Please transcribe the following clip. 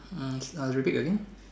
hmm uh repeat again